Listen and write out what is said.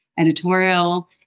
Editorial